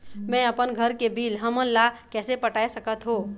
मैं अपन घर के बिल हमन ला कैसे पटाए सकत हो?